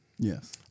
Yes